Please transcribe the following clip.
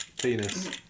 penis